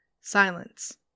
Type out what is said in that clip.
Silence